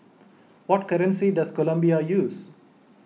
what currency does Colombia use